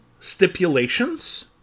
stipulations